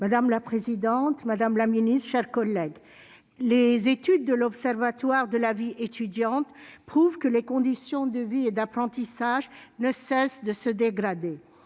Madame la présidente, madame la ministre, mes chers collègues, les études de l'Observatoire de la vie étudiante prouvent que les conditions de vie et d'apprentissage ne cessent de se dégrader.